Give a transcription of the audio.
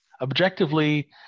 Objectively